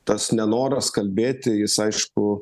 tas nenoras kalbėti jis aišku